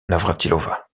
navrátilová